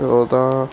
ਚੌਦਾਂ